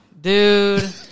Dude